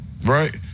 Right